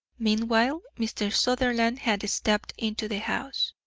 meanwhile mr. sutherland had stepped into the house.